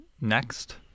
next